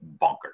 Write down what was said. bonkers